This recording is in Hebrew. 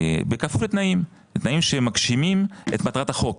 בכפוף לתנאים, תנאים שמגשימים את מטרת החוק.